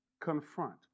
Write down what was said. confront